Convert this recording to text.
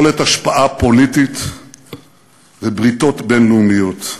יכולת השפעה פוליטית ובריתות בין-לאומיות.